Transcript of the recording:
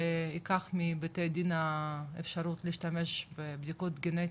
שייקח מבתי הדין את האפשרות להשתמש בבדיקות גנטיות,